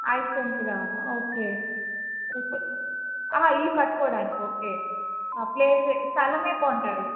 ఐదు సెంట్లు కావాలా ఓకే ఇప్పుడు ఇల్లు కట్టుకోవడానికి ఓకే ప్లేస్ స్థలం కొంటారు